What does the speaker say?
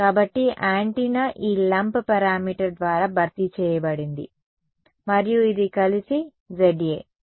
కాబట్టి యాంటెన్నా ఈ lump parameter ద్వారా భర్తీ చేయబడింది మరియు ఇది కలిసి Za